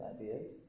ideas